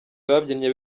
babyinnye